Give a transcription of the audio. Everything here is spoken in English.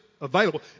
available